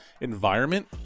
environment